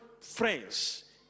friends